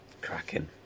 cracking